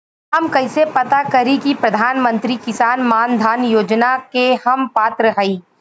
हम कइसे पता करी कि प्रधान मंत्री किसान मानधन योजना के हम पात्र हई?